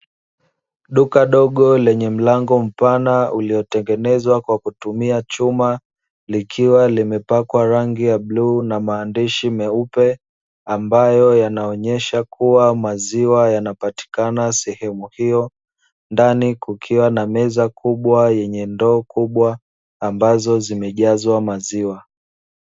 Duka dogo lenye mlango mpana uliotengenezwa kwa kutumia chuma likiwa limepakwa rangi ya bluu na maandishi meupe, ambayo yanaonesha kuwa maziwa yanapatikana sehemu hiyo. Ndani kukuwa meza kubwa yenye ndoo kubwa ambazo zimejazwa maziwa.